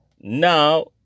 Now